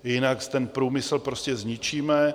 Jinak si ten průmysl prostě zničíme.